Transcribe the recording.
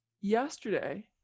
yesterday